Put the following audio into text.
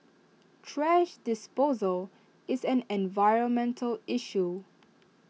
thrash disposal is an environmental issue